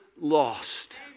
lost